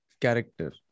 character